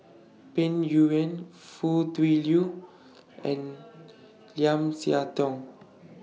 Peng Yuyun Foo Tui Liew and Lim Siah Tong